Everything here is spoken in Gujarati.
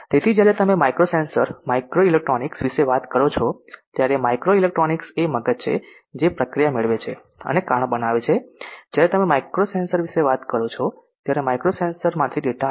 તેથી જ્યારે તમે માઇક્રો સેન્સર માઇક્રો ઇલેક્ટ્રોનિક્સ વિશે વાત કરો છો ત્યારે માઇક્રો ઇલેક્ટ્રોનિક્સ એ મગજ છે જે પ્રક્રિયા મેળવે છે અને કારણ બનાવે છે જ્યારે તમે માઇક્રો સેન્સર વિશે વાત કરો છો ત્યારે માઇક્રો સેન્સર માંથી ડેટા આવે છે